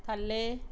ਥੱਲੇ